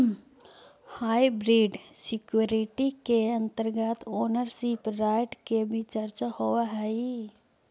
hybrid security के अंतर्गत ownership right के भी चर्चा होवऽ हइ